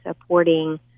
supporting